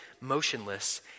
motionless